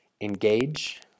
engage